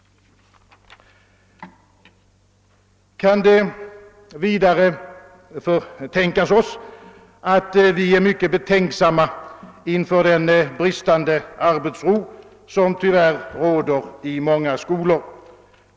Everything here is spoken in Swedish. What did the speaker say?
Kan det vidare förtänkas oss att vi är mycket betänksamma inför den bristande arbetsro som tyvärr råder i många skolor?